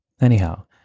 Anyhow